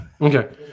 Okay